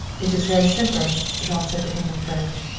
it is very simple, jean said to him in french.